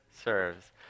serves